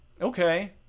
okay